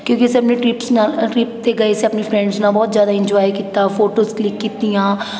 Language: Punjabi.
ਕਿਉਂਕਿ ਅਸੀਂ ਆਪਣੇ ਟ੍ਰਿਪਸ ਨਾਲ ਟ੍ਰਿਪ 'ਤੇ ਗਏ ਸੀ ਆਪਣੀ ਫਰੈਂਡਸ ਨਾਲ ਬਹੁਤ ਜ਼ਿਆਦਾ ਇੰਨਜੋਆਏ ਕੀਤਾ ਫੋਟੋਸ ਕਲਿੱਕ ਕੀਤੀਆਂ